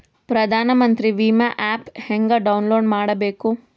ಪ್ರಧಾನಮಂತ್ರಿ ವಿಮಾ ಆ್ಯಪ್ ಹೆಂಗ ಡೌನ್ಲೋಡ್ ಮಾಡಬೇಕು?